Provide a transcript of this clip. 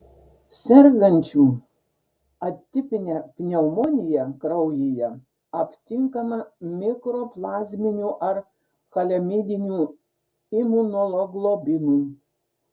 sergančių atipine pneumonija kraujyje aptinkama mikoplazminių ar chlamidinių imunoglobulinų